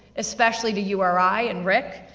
especially to uri and ric,